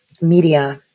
media